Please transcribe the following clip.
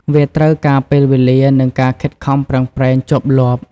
វាត្រូវការពេលវេលា និងការខិតខំប្រឹងប្រែងជាប់លាប់។